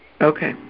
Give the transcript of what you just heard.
Okay